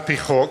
על-פי חוק,